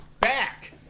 back